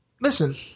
Listen